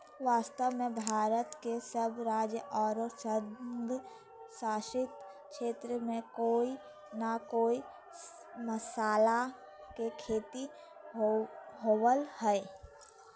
वास्तव में भारत के सब राज्य आरो संघ शासित क्षेत्र में कोय न कोय मसाला के खेती होवअ हई